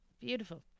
Beautiful